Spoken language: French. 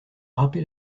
râpé